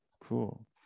cool